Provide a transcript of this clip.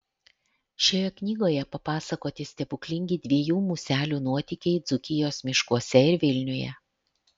šioje knygoje papasakoti stebuklingi dviejų muselių nuotykiai dzūkijos miškuose ir vilniuje